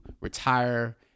retire